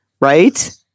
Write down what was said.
right